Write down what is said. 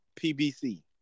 PBC